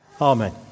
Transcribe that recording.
Amen